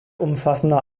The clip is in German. umfassender